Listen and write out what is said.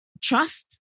trust